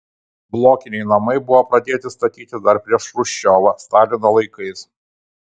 blokiniai namai buvo pradėti statyti dar prieš chruščiovą stalino laikais